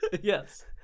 yes